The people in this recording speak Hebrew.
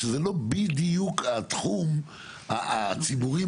שזה לא בדיוק התחום הציבורי,